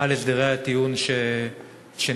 על הסדרי הטיעון שנקבעו,